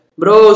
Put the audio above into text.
bro